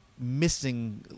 missing